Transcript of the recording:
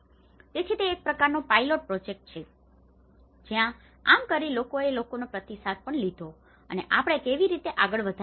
તેથી તે એક પ્રકારનો પાયલોટ પ્રોજેક્ટ છે જ્યાં આમ કરીને તેઓએ લોકોનો પ્રતિસાદ પણ લીધો છે અને આપણે તેને કેવી રીતે આગળ વધારી શકીએ